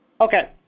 Okay